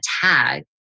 tag